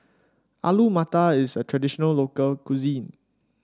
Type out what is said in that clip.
Alu Matar is a traditional local cuisine